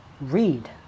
read